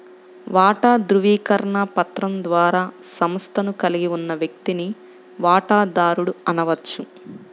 వాటా ధృవీకరణ పత్రం ద్వారా సంస్థను కలిగి ఉన్న వ్యక్తిని వాటాదారుడు అనవచ్చు